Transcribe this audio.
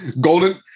golden